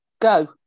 go